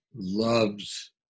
loves